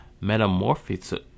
metamorphosis